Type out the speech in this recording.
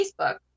Facebook